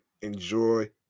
enjoy